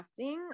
crafting